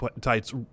Tights